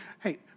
Hey